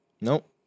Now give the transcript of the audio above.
Nope